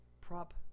prop